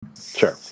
Sure